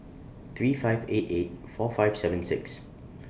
three five eight eight four five seven six